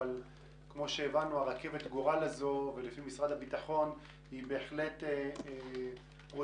אבל כמו שהבנו רכבת גורל לפי משרד הביטחון היא בהחלט פרויקט